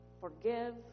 forgive